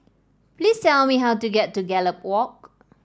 please tell me how to get to Gallop Walk